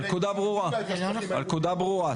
הנקודה ברורה.